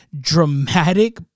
dramatic